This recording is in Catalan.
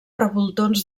revoltons